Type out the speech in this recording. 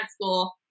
school